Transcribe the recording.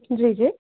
जी जी